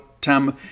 time